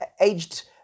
aged